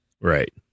Right